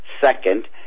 Second